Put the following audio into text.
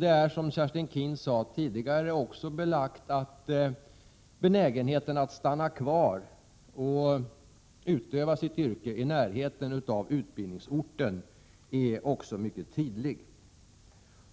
Det är, som Kerstin Keen tidigare sade, belagt att benägenheten att stanna kvar och utöva sitt yrke i närheten av utbildningsorten också är mycket tydlig.